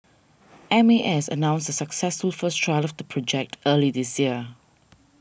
M A S announced a successful first trial of the project early this year